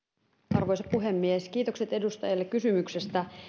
arvoisa puhemies kiitokset edustajalle kysymyksestä